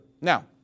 Now